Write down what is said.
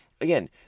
again